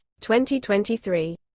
2023